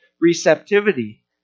receptivity